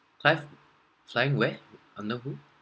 clive flying where under who